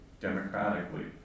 democratically